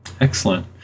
Excellent